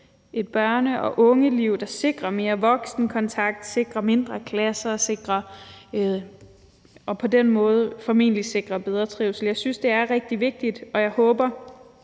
et børne- og ungeliv, sikre mere voksenkontakt, sikre mindre klasser og på den måde formentlig sikre bedre trivsel. Jeg synes, det er rigtig vigtigt, og jeg håber,